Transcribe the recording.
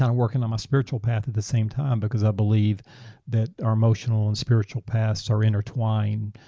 and working on my spiritual path at the same time because i believed that our emotional and spiritual paths are intertwined.